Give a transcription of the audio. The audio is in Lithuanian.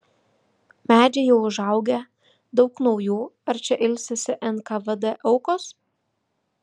medžiai jau užaugę daug naujų ar čia ilsisi nkvd aukos